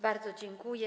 Bardzo dziękuję.